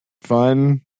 fun